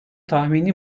tahmini